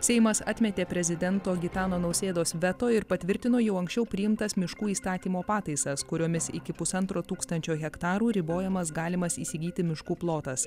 seimas atmetė prezidento gitano nausėdos veto ir patvirtino jau anksčiau priimtas miškų įstatymo pataisas kuriomis iki pusantro tūkstančio hektarų ribojamas galimas įsigyti miškų plotas